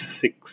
six